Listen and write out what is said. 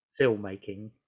filmmaking